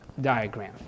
Diagram